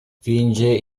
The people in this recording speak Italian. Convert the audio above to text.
finge